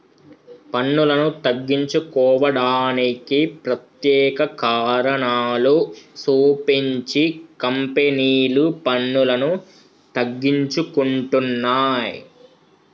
పన్నులను తగ్గించుకోవడానికి ప్రత్యేక కారణాలు సూపించి కంపెనీలు పన్నులను తగ్గించుకుంటున్నయ్